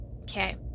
Okay